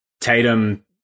Tatum